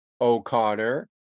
O'Connor